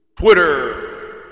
Twitter